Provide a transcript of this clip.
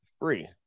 free